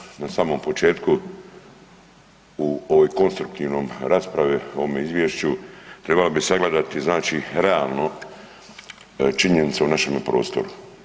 Ministre, na samom početku u ovoj konstruktivnoj raspravi, u ovome izvješću trebalo bi sagledati znači realno činjenicu o našemu prostoru.